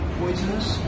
poisonous